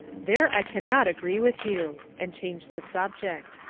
there i cannot agree with you, and changed the subject.